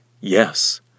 Yes